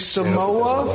Samoa